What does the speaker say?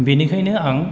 बेनिखायनो आं